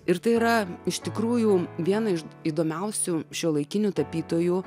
ir tai yra iš tikrųjų viena iš įdomiausių šiuolaikinių tapytojų